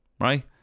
right